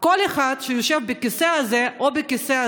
כל אחד שיושב בכיסא הזה,